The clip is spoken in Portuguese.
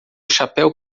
chapéu